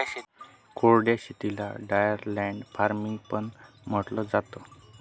कोरड्या शेतीला drier land farming पण म्हंटलं जातं